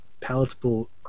palatable